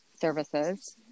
services